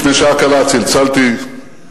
לפני שעה קלה צלצלתי לגדי,